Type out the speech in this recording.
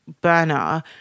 Burner